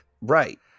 Right